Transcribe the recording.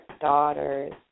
daughters